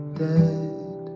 dead